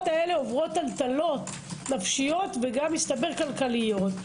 האלה עוברות טלטלות נפשיות וגם מסתבר כלכליות,